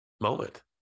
moment